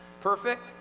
perfect